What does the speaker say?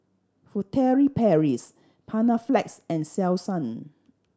Furtere Paris Panaflex and Selsun